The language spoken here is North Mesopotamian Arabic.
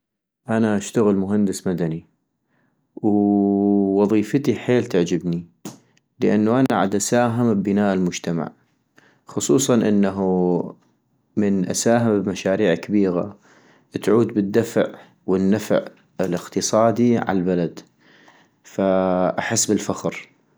أنا اشتغل مهندس مدني - وظيفتي حيل تعجبني ، لانو أنا عدساهم أبناء المجتمع ، خصوصا أنه عدساهم بمشاريع كبيغة ، تعود بالدفع والنفع الاقتصادي عالبلد، فاحس بالفخر